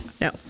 No